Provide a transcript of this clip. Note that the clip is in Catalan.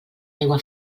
aigua